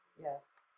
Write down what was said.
Yes